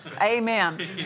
Amen